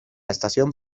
estación